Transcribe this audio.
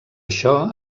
això